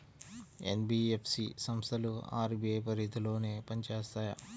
NBFC సంస్థలు RBI పరిధిలోనే పని చేస్తాయా?